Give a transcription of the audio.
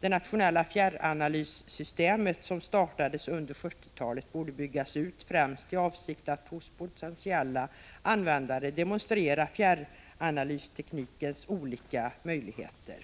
Det nationella fjärranalyssystemet, som startades under 1970-talet, borde byggas ut främst i avsikt att hos potentiella användare demonstrera fjärranalysteknikens olika möjligheter.